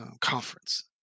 conference